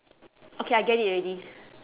okay I get it already